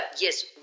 yes